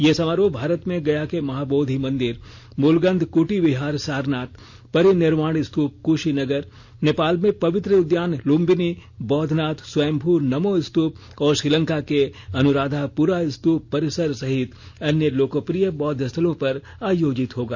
ये समारोह भारत में गया के महाबोधि मंदिर मूलगंध कुटी विहार सारनाथ परिनिर्वाण स्तूप कुशीनगर नेपाल में पवित्र उद्यान लुम्बिनी बौधनाथ स्वयंभू नमो स्तूप और श्रीलंका के अनुराधापुरा स्तूप परिसर सहित अन्य लोकप्रिय बौद्ध स्थलों पर आयोजित होगा